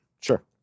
sure